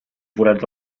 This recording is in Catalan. forats